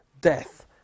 death